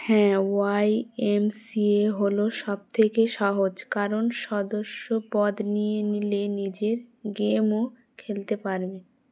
হ্যাঁ Y M C A হলো সবথেকে সহজ কারণ সদস্য পদ নিয়ে নিলে নিজের গেমও খেলতে পারবে